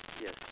Yes